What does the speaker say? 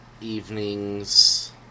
evening's